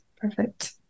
Perfect